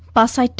boss or